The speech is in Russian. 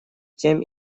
тем